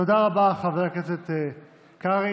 תודה רבה, חבר הכנסת קרעי.